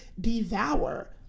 devour